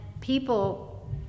people